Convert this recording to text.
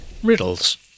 Riddles